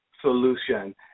Solution